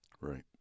Right